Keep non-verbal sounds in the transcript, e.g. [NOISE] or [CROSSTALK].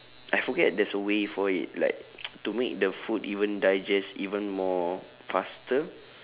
I forget there's a way for it like [NOISE] to make the food even digest even more faster